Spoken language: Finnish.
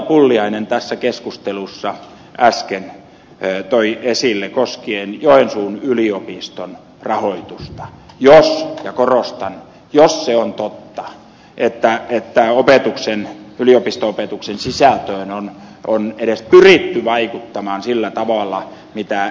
pulliainen tässä keskustelussa äsken toi esille koskien joensuun yliopiston rahoitusta niin jos ja korostan jos se on totta että yliopisto opetuksen sisältöön on edes pyritty vaikuttamaan sillä tavalla mitä ed